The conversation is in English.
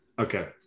okay